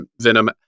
Venom